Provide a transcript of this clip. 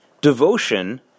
devotion